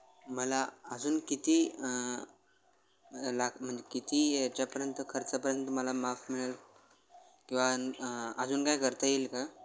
मला अजून किती लाख म्हणजे किती याच्यापर्यंत खर्चापर्यंत मला माफ मिळेल किंवा आणि अजून काय करता येईल का